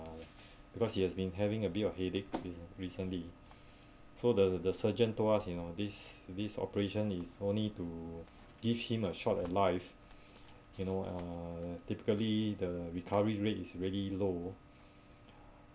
uh because he has been having a bit of headache is recently so the the surgeon told us you know this this operation is only to give him a shot at life you know uh typically the recovery rate is really low